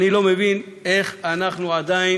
אני לא מבין איך עדיין